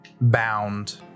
bound